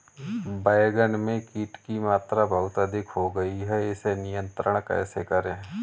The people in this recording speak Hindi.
बैगन में कीट की मात्रा बहुत अधिक हो गई है इसे नियंत्रण कैसे करें?